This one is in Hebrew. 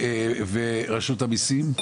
ורשות המיסים?